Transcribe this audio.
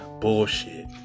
Bullshit